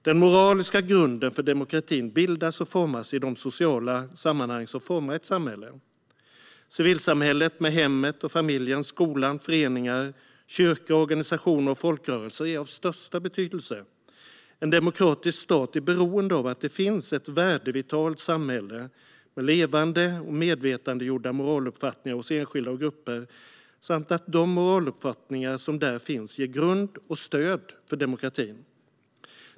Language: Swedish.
Den moraliska grunden för demokratin bildas och formas i de sociala sammanhang som formar ett samhälle. Civilsamhället med hemmet och familjen, skolan, föreningar, kyrkor, organisationer och folkrörelser är av största betydelse. En demokratisk stat är beroende av att det finns ett värdevitalt samhälle med levande och medvetandegjorda moraluppfattningar hos enskilda och grupper samt av att de moraluppfattningar som där finns ger grund och stöd för demokratin.